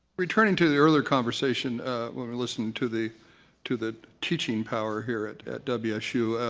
returning to the earlier conversation, we were listening to the to the teaching power here at at wsu.